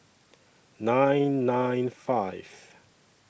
nine nine five